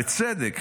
בצדק,